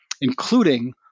including